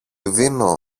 δίνω